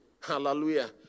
Hallelujah